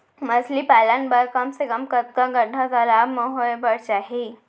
मछली पालन बर कम से कम कतका गड्डा तालाब म होये बर चाही?